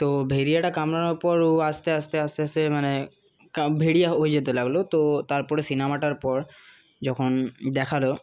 তো ভেড়িয়াটা কামড়ানোর পর ও আস্তে আস্তে আস্তে আস্তে মানে ভেড়িয়া হয়ে যেতে লাগলো তো তারপরে সিনেমাটার পর যখন দেখালো